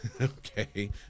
Okay